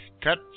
cut